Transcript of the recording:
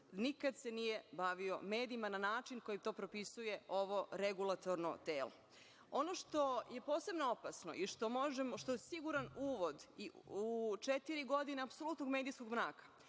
nikad nije bavio medijima na način na koji to propisuje ovo regulatorno telo. Ono što je posebno opasno i što je siguran uvod u četiri godine apsolutnog medijskog mraka,